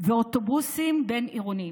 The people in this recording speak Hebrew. ואוטובוסים בין-עירוניים.